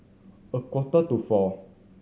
a quarter to four